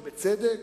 ובצדק.